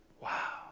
wow